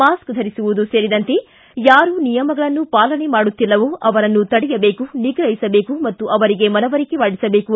mask ಧರಿಸುವುದು ಸೇರಿದಂತೆ ಯಾರು ನಿಯಮಗಳನ್ನು ಪಾಲನೆ ಮಾಡುತ್ತಿಲ್ಲವೋ ಅವರನ್ನು ತಡೆಯಬೇಕು ನಿಗ್ರಹಿಸಬೇಕು ಮತ್ತು ಅವರಿಗೆ ಮನವರಿಕೆ ಮಾಡಿಸಬೇಕು